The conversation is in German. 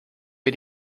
wir